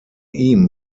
ihm